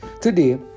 Today